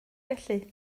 felly